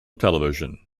television